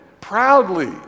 proudly